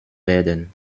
werden